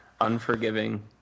unforgiving